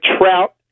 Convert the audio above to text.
Trout